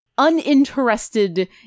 uninterested